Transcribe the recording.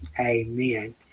Amen